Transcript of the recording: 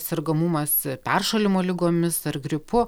sergamumas peršalimo ligomis ar gripu